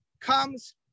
comes